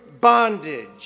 bondage